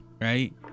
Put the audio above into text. right